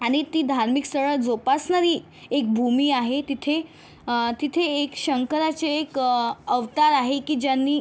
आणि ती धार्मिक स्थळं जोपासणारी एक भूमी आहे तिथे तिथे एक शंकराचे तिथे एक अवतार आहे की ज्यांनी